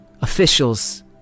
officials